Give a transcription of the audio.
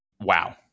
Wow